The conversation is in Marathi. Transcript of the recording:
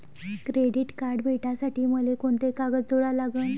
क्रेडिट कार्ड भेटासाठी मले कोंते कागद जोडा लागन?